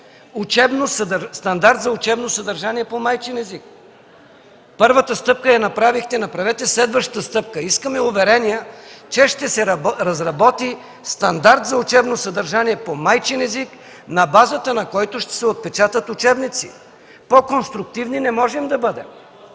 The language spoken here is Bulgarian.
стандарт за учебно съдържание по майчин език. Първата стъпка я направихте, направете следващата стъпка. Искаме уверения, че ще се разработи стандарт за учебно съдържание по майчин език, на базата на който ще се отпечатат учебници. По-конструктивни не можем да бъдем.